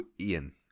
Ian